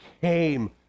came